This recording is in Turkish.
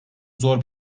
zor